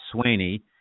Sweeney